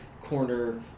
corner